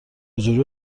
جوری